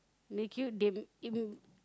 make you they